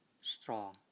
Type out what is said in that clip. strong